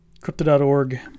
crypto.org